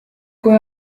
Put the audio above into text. kui